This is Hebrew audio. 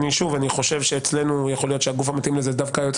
לדעתי אצלנו המנגנון המתאים הוא יועמ"ש